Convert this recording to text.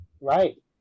Right